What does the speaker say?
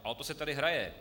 A o to se tady hraje.